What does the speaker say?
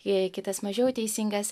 jei kitas mažiau teisingas